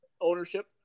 Ownership